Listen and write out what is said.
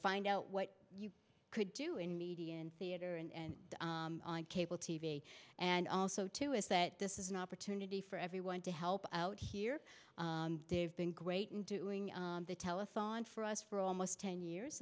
find out what you could do in media and theater and on cable t v and also too is that this is an opportunity for everyone to help out here they've been great in doing the telephone for us for almost ten years